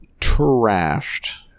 trashed